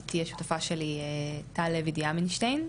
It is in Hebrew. איתי שותפה שלי טל לוי דיאמנשטיין.